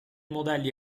modelli